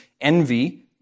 envy